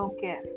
Okay